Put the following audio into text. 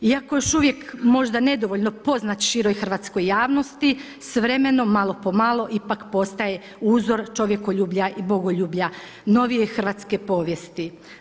Iako još uvijek možda nedovoljno poznat široj Hrvatskoj javnosti, s vremenom, malo po malo ipak postaje uzor čovjekoljublja i bogoljublja novije Hrvatske povijesti.